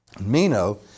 Mino